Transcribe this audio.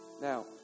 now